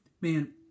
man